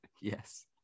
Yes